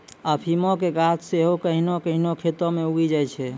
अफीमो के गाछ सेहो कहियो कहियो खेतो मे उगी जाय छै